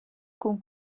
con